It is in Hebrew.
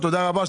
בדיוק, אוטומט.